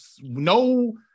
no